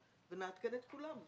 ונעדכן את כולם.